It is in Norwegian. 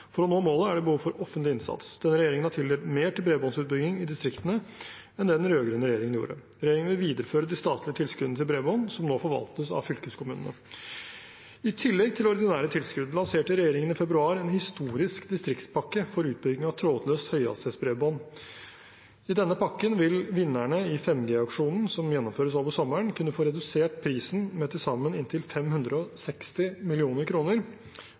For å nå målet er det behov for offentlig innsats. Denne regjeringen har tildelt mer til bredbåndsutbygging i distriktene enn den rød-grønne regjeringen gjorde. Regjeringen vil videreføre det statlige tilskuddene til bredbånd, som nå forvaltes av fylkeskommunene. I tillegg til ordinære tilskudd lanserte regjeringen i februar en historisk distriktspakke for utbygging av trådløst høyhastighetsbredbånd. I denne pakken vil vinnerne i 5G-auksjonen, som gjennomføres over sommeren, kunne få redusert prisen med til sammen inntil 560